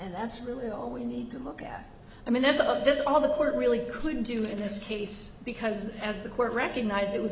and that's really all we need to look at i mean there's a there's all the court really couldn't do it in this case because as the court recognized it was